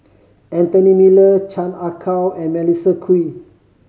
Anthony Miller Chan Ah Kow and Melissa Kwee